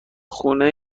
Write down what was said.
خونه